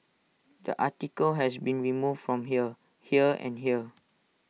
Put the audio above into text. the article has been removed from here here and here